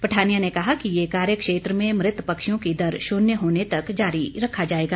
पठानिया ने कहा कि ये कार्य क्षेत्र में मृत पक्षियों की दर शून्य होने तक जारी रखा जाएगा